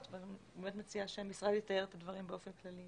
ואני באמת מציעה שהמשרד יתאר את הדברים באופן כללי.